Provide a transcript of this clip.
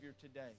today